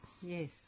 Yes